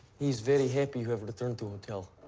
he's very happy you have returned to hotel.